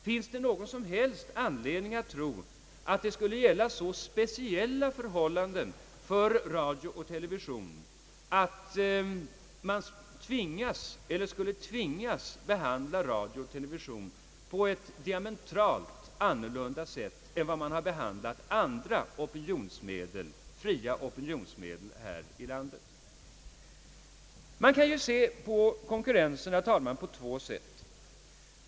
Finns det någon som helst anledning att tro att det skulle gälla så speciella förhållanden för radio och television att man tvingas behandla dessa media på ett diametralt annorlunda sätt än man behandlat andra fria opinionsmedel här i landet? Man kan ju se på konkurrensen på två sätt.